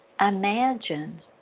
imagine